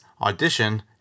Audition